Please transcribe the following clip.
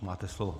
Máte slovo.